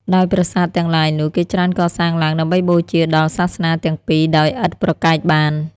ដោយប្រាសាទទាំងឡាយនោះ គេច្រើនកសាងឡើងដើម្បីបូជាដល់ សាសនាទាំងពីរដោយឥតប្រកែកបាន។